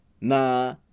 Nah